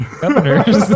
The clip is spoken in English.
governors